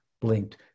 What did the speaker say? blinked